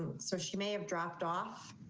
ah so she may have dropped off,